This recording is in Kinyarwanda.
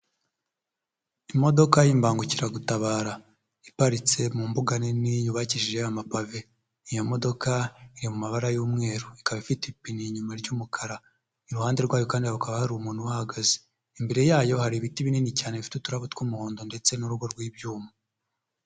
Imodoka y'imbangukiragutabara iparitse mu mbuga nini yubakishije amapave, iyo modoka iri mu mabara y'umweru, ikaba ifite ipine inyuma ry'umukara, iruhande rwayo kandi hakaba hari umuntu uhahagaze, imbere yayo hari ibiti binini cyane bifite uturabo tw'umuhondo ndetse n'urugo rw'ibyuma.